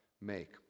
make